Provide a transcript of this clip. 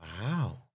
Wow